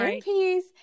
peace